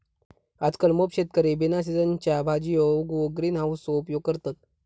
आजकल मोप शेतकरी बिना सिझनच्यो भाजीयो उगवूक ग्रीन हाउसचो उपयोग करतत